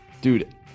Dude